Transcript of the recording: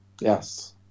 Yes